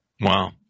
Wow